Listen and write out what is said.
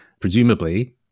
presumably